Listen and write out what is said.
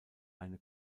eine